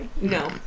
No